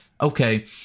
okay